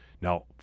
Now